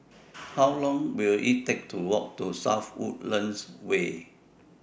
How Long Will IT Take to Walk to South Woodlands Way